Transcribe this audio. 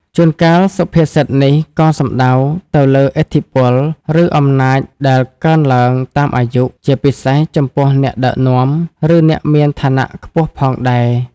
ជួនកាលសុភាសិតនេះក៏សំដៅទៅលើឥទ្ធិពល ឬអំណាចដែលកើនឡើងតាមអាយុ ជាពិសេសចំពោះអ្នកដឹកនាំ ឬអ្នកមានឋានៈខ្ពស់ផងដែរ។